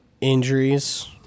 injuries